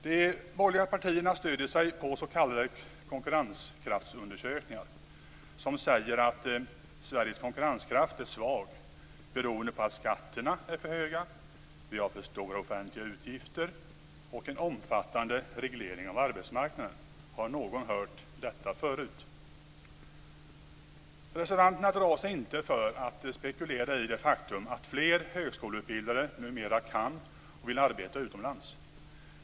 De borgerliga partierna stöder sig på s.k. konkurrenskraftsundersökningar som säger att Sveriges konkurrenskraft är svag beroende på att skatterna är för höga, på att vi har för stora offentliga utgifter och på en omfattande reglering av arbetsmarknaden. Har någon hört detta förut? Reservanterna drar sig inte för att spekulera i det faktum att fler högskoleutbildade numera kan och vill arbeta utomlands.